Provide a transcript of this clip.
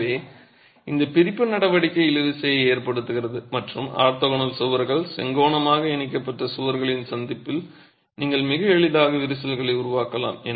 எனவே இந்த பிரிப்பு நடவடிக்கை இழுவிசையை ஏற்படுத்துகிறது மற்றும் ஆர்த்தோகனல் சுவர்கள் செங்கோணமாக இணைக்கப்பட்ட சுவர்களின் சந்திப்பில் நீங்கள் மிக எளிதாக விரிசல்களை உருவாக்கலாம்